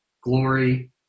glory